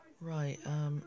Right